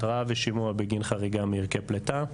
התראה ושימוע בגין חריגה מערכי פליטה.